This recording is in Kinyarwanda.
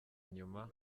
nyuma